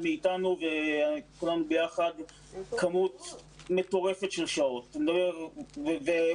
מאתנו וכולנו יחד כמות מטורפת של שעות